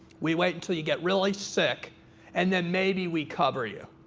we wait until you get really sick and then maybe we cover you.